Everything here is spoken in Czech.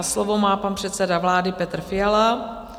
Slovo má pan předseda vlády Petr Fiala.